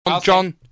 John